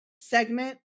segment